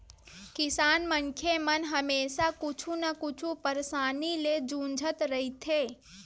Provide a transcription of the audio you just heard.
किसान मनखे मन हमेसा कुछु न कुछु परसानी ले जुझत रहिथे